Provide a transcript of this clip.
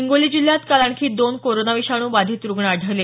हिंगोली जिल्ह्यात काल आणखी दोन कोरोना विषाणू बाधित रुग्ण आढळले